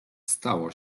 stało